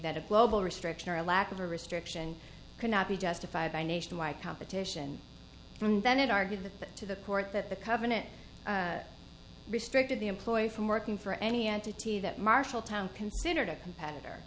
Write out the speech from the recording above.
that a global restriction or a lack of a restriction cannot be justified by nationwide competition and then it argued that to the court that the covenant restricted the employee from working for any entity that marshalltown considered a competitor